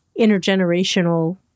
intergenerational